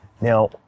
now